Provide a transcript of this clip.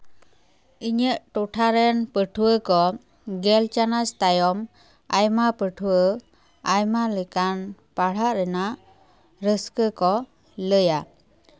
ᱤᱧᱟᱹᱜ ᱴᱚᱴᱷᱟ ᱨᱮᱱ ᱯᱟᱹᱴᱷᱩᱣᱟᱹ ᱠᱚ ᱜᱮᱞ ᱪᱟᱱᱟᱪ ᱛᱟᱭᱚᱢ ᱟᱭᱢᱟ ᱯᱟᱹᱴᱷᱩᱣᱟᱹ ᱟᱭᱢᱟ ᱞᱮᱠᱟᱱ ᱯᱟᱲᱦᱟᱜ ᱨᱮᱱᱟᱜ ᱨᱟᱹᱥᱠᱟᱹ ᱠᱚ ᱞᱟᱹᱭᱟ